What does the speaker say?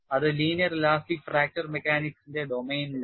അത് linear elastic fracture മെക്കാനിക്സിന്റെ ഡൊമെയ്നിലാണ്